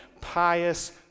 pious